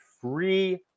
free